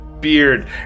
beard